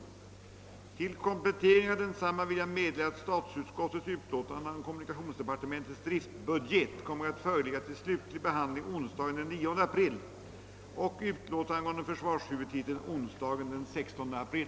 Till komplettering av densamma vill jag meddela, att statsutskottets utlåtande angående kommunikationsdepartementets driftbudget kommer att föreligga till slutlig behandling onsdagen den 9 april och utlåtandet angående försvarshuvudtiteln onsdagen den 16 april.